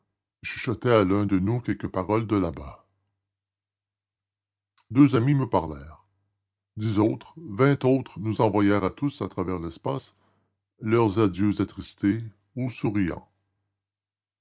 chuchotait à l'un de nous quelques paroles de là-bas deux amis me parlèrent dix autres vingt autres nous envoyèrent à tous au travers de l'espace leurs adieux attristés ou souriants